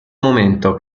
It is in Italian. momento